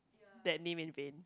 that name in vain